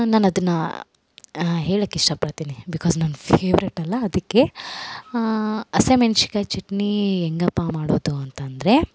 ನಾನು ಅದನ್ನು ಹೇಳೋಕ್ ಇಷ್ಟ ಪಡ್ತೀನಿ ಬಿಕಾಸ್ ನಾನ್ ಫೇವ್ರೇಟಲ್ಲ ಅದಕ್ಕೆ ಹಸಿಮೆಣ್ಸಿಕಾಯ್ ಚಟ್ನಿ ಹೆಂಗಪ್ಪಾ ಮಾಡೋದು ಅಂತಂದರೆ